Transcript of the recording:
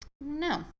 No